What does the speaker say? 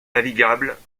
navigable